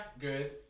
Good